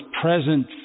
present